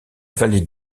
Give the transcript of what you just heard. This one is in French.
vallée